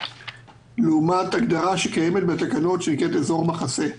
לעומת הגדרה שקיימת בתקנות של "אזור מחסה".